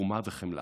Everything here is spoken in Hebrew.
תרומה וחמלה.